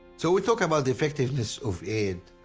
so we talk about the effectiveness of aid,